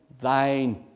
thine